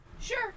Sure